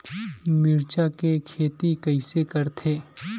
मिरचा के खेती कइसे करथे?